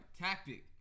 tactic